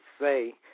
say